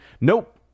Nope